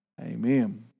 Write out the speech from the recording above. amen